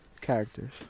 characters